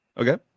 okay